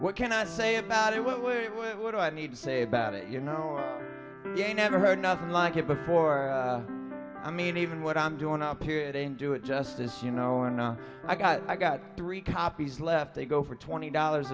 what can i say about it what would i need to say about it you know never heard nothing like it before i mean even what i'm doing up here didn't do it justice you know and i got i got three copies left they go for twenty dollars